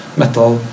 metal